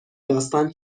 داستان